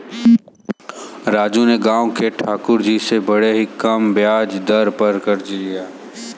राजू ने गांव के ठाकुर जी से बड़े ही कम ब्याज दर पर कर्ज लिया